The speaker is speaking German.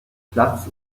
platz